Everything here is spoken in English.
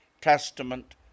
Testament